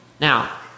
Now